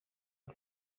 est